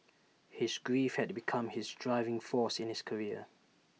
his grief had become his driving force in his career